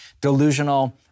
delusional